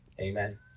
Amen